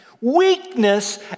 Weakness